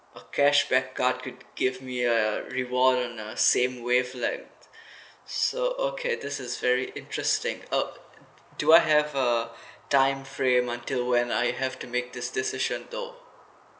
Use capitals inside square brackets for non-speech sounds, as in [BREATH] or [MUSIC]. a cashback card will give me a reward on a same wave like [BREATH] so okay this is very interesting uh do I have a time frame until when I have to make this decision though